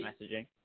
messaging